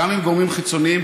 גם עם גורמים חיצוניים,